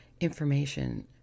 information